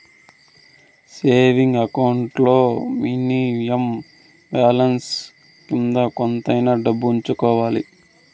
saving account లో minimum balance కింద కొంతైనా డబ్బు ఉంచుకోవాలి